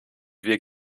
wir